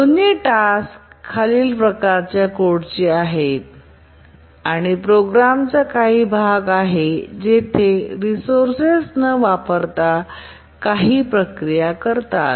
दोन्ही टास्क खालील प्रकारच्या कोडची आहेत आणि प्रोग्रामचा काही भाग आहे जेथे ते रिसोर्सेस न वापरता काही प्रक्रिया करतात